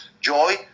joy